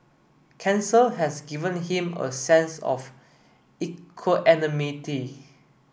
cancer has given him a sense of equanimity